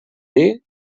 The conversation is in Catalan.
dir